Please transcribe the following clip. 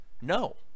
No